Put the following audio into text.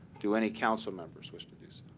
do any council members wish to do so?